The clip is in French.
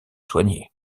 soignée